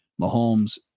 Mahomes